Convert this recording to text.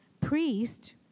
priest